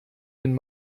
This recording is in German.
den